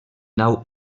nau